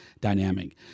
dynamic